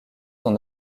son